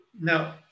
Now